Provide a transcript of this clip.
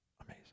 amazing